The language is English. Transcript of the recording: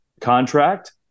contract